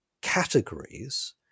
categories